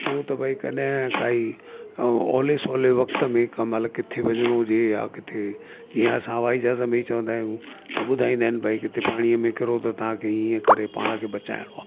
उओ त भाई कॾहिं काई ऐं ओहले सोहले वक़्तु में कंहिं महिल किथे वञिणो हुजे या किथे जीअं असां हवाई जहाज में ई चवंदा आहियूं त ॿुधाइंदा आहिनि भाई किथे पाणीअ में किरो त तव्हांखे हीअं करे पाण खे बचाइणो आहे